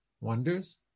wonders